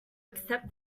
accept